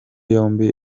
yombi